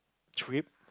trip